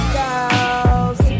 girls